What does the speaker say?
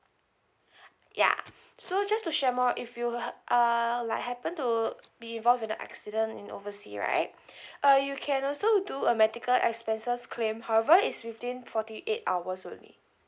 ya so just to share more if you uh like happen to be involved in a accident in oversea right uh you can also do a medical expenses claim however it's within forty eight hours only